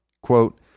Quote